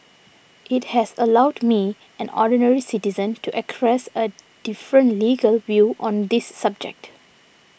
it has allowed me an ordinary citizen to a different legal view on this subject